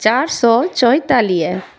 चारि सौ चौहतालीह